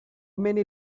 many